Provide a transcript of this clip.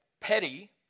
petty